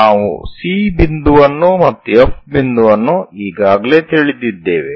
ನಾವು C ಬಿಂದುವನ್ನು ಮತ್ತು F ಬಿಂದುವನ್ನು ಈಗಾಗಲೇ ತಿಳಿದಿದ್ದೇವೆ